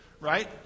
right